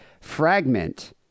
fragment